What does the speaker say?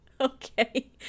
okay